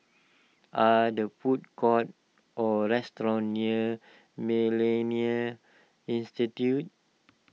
are there food courts or restaurants near Millennia Institute